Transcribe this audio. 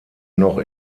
noch